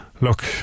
look